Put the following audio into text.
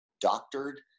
doctored